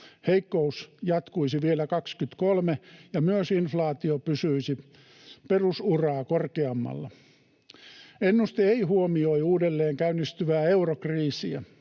heikkous jatkuisi vielä 23 ja myös inflaatio pysyisi perusuraa korkeammalla. Ennuste ei huomioi uudelleen käynnistyvää eurokriisiä.